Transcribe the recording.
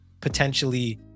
potentially